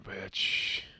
bitch